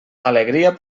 alegria